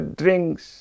drinks